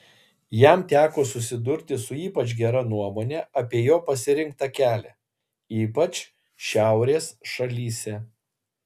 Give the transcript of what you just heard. jam teko susidurti su ypač gera nuomone apie jo pasirinktą kelią ypač šiaurės šalyse